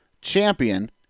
champion